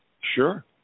Sure